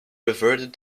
reverted